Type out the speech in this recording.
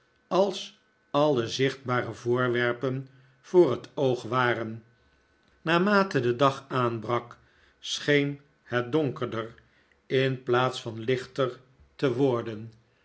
als alle zichtbare voorwerpen voor het oog waren naarmate de dag aanbrak scheeri het donkerder in plaats van lichter te worden